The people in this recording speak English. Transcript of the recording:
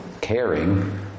caring